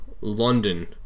London